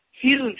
huge